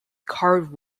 card